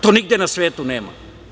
To nigde na svetu nema.